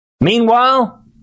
Meanwhile